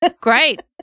Great